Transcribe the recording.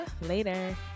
later